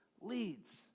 leads